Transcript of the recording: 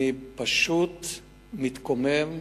אני פשוט מתקומם,